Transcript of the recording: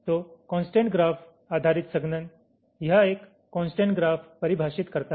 तो constraint graph आधारित संघनन यह एक कोंसट्रेंट ग्राफ परिभाषित करता है